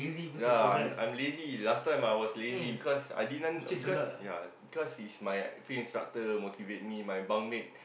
ya I'm I'm lazy last time I was lazy because I didn't because ya cause he's my field instructor motivate me my bunk mate